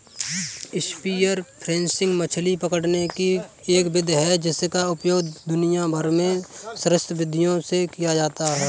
spear fishing मछली पकड़ने की एक विधि है जिसका उपयोग दुनिया भर में सहस्राब्दियों से किया जाता रहा है